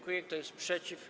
Kto jest przeciw?